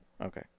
Okay